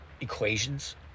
equations